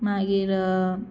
मागीर